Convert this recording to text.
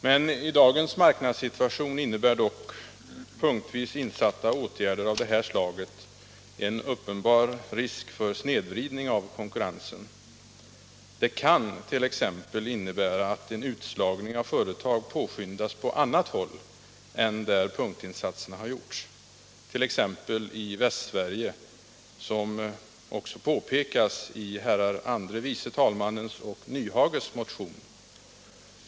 I dagens marknadssituation innebär dock punktvis insatta åtgärder av det här slaget en uppenbar risk för snedvridning av konkurrensen. De kan t.ex. innebära att en utslagning av företag påskyndas på annat håll än där punktinsatserna har gjorts — t.ex. i Västsverige, som påpekas i herrar andre vice talmannens och Nyhages motion.